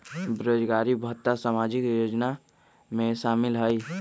बेरोजगारी भत्ता सामाजिक योजना में शामिल ह ई?